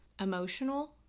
emotional